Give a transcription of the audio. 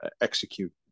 execute